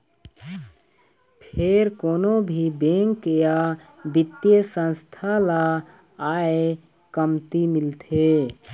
फेर कोनो भी बेंक या बित्तीय संस्था ल आय कमती मिलथे